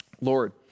Lord